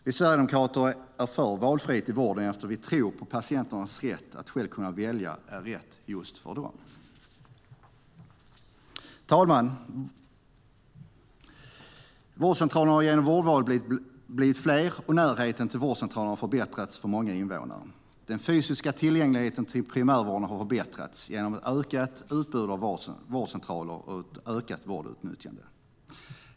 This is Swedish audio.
Vi sverigedemokrater är för valfrihet i vården, eftersom vi tror på patienternas rätt att själva kunna välja vad som är rätt just för dem. Herr talman! Vårdcentralerna har genom vårdvalet blivit fler, och närheten till vårdcentraler har förbättrats för många invånare. Den fysiska tillgängligheten till primärvården har förbättrats genom ett ökat utbud av vårdcentraler och ett ökat vårdutnyttjande.